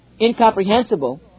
incomprehensible